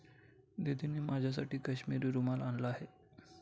दीदींनी माझ्यासाठी काश्मिरी रुमाल आणला आहे